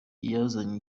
yazanye